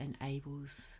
enables